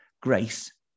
Grace